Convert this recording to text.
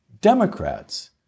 Democrats